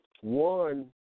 One